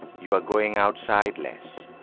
you are going outside less.